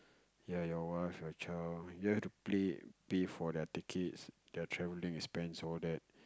ya your wife your child you have to pay pay for their tickets their travelling expense all that